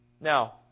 Now